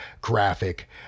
graphic